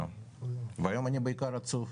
היום אני בעיקר עצוב.